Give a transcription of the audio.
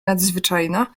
nadzwyczajna